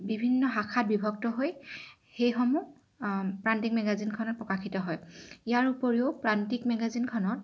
বিভিন্ন শাখাত বিভক্ত হৈ সেইসমূহ প্ৰান্তিক মেগাজিনখনত প্ৰকাশিত হয় ইয়াৰ উপৰিও প্ৰান্তিক মেগাজিনখনত